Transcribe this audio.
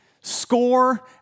Score